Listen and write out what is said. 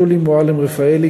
שולי מועלם-רפאלי,